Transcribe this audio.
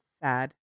sad